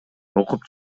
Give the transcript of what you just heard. окуп